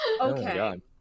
okay